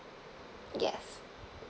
yes